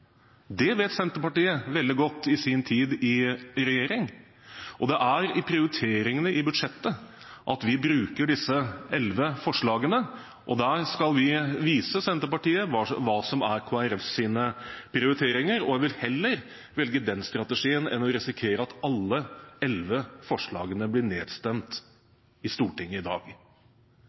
det vet Senterpartiet veldig godt ut fra sin tid i regjering. Og det er i prioriteringene i budsjettet vi bruker disse elleve forslagene, og der skal vi vise Senterpartiet hva som er Kristelig Folkepartis prioriteringer. Jeg vil heller velge den strategien enn å risikere at alle elleve forslagene blir nedstemt i Stortinget i dag.